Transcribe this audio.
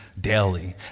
daily